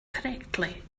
correctly